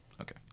Okay